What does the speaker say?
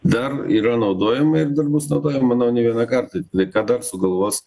dar yra naudojama ir dar bus naudojama manau ne vieną kartą tiktai ką dar sugalvos